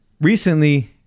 Recently